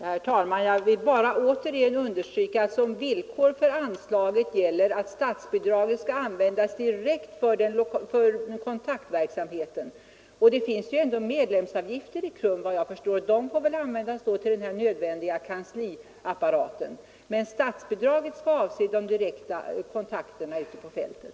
Herr talman! Jag vill åter understryka att som villkor för anslaget gäller att statsbidraget användes direkt för kontaktverksamhet. Efter vad jag förstår finns medlemsavgifter i KRUM och dessa får väl då användas till den nödvändiga kansliapparaten. Men statsbidraget skall avse de direkta kontakterna ute på fältet.